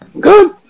Good